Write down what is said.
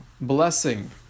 blessing